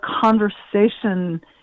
conversation